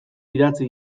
idatzi